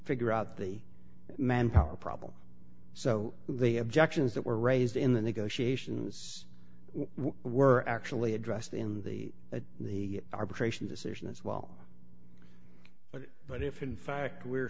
figure out the manpower problem so the objections that were raised in the negotiations where actually addressed in the at the arbitration decision as well but if in fact we're